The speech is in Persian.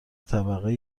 طبقه